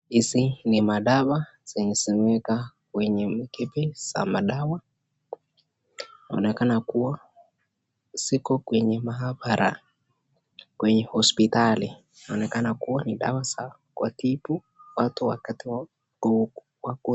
Hizi ni madawa zenye zimewekwa kwenye chupa za madawa inaonekana kuwa ziko kwenye maabara kwenye hospitali. Inaonekana kuwa ni dawa za kuwatibu watu wakati wa ku.